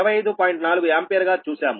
4 A గా చూసాము